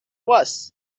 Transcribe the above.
was